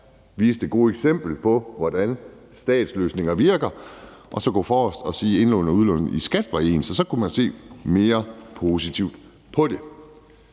vise det gode eksempel på, hvordan statsløsninger virker, og gå forrest og sige, at indlåns- og udlånsrenten i skattevæsenet var ens, for så kunne man se mere positivt på det.